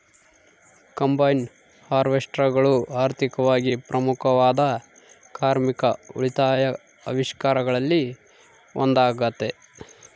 combine ಹಾರ್ವೆಸ್ಟರ್ಗಳು ಆರ್ಥಿಕವಾಗಿ ಪ್ರಮುಖವಾದ ಕಾರ್ಮಿಕ ಉಳಿತಾಯ ಆವಿಷ್ಕಾರಗಳಲ್ಲಿ ಒಂದಾಗತೆ